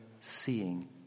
seeing